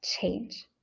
change